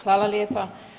Hvala lijepa.